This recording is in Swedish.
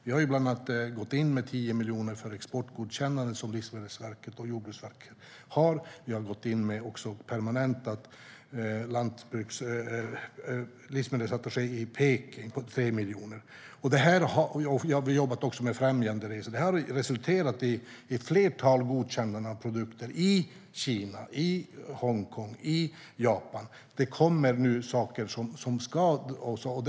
Vi har bland annat gått in med 10 miljoner för det exportgodkännande som Livsmedelsverket och Jordbruksverket har. Vi har gått in med 3 miljoner för en permanent livsmedelsattaché i Peking. Vi har jobbat med främjanderesor. Detta har resulterat i ett flertal godkännande av produkter i Kina, Hongkong och Japan, och det kommer fler saker.